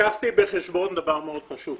לקחתי בחשבון דבר מאוד פשוט.